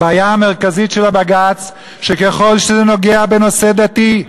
הבעיה המרכזית של הבג"ץ היא שככל שזה נוגע בנושא דתי,